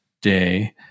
day